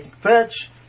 fetch